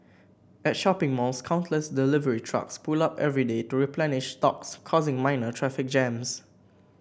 at shopping malls countless delivery trucks pull up every day to replenish stocks causing minor traffic jams